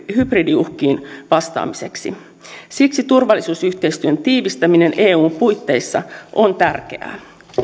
hybridiuhkiin vastaamiseksi siksi turvallisuusyhteistyön tiivistäminen eun puitteissa on tärkeää